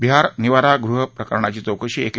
बिहार निवारगृह प्रकरणाची चौकशी ए के